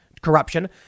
corruption